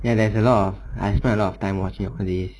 ya that's a lot of I spend a lot of time watching all these